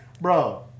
bro